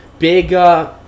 Big